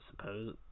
Suppose